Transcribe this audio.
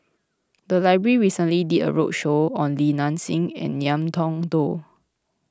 the library recently did a roadshow on Li Nanxing and Ngiam Tong Dow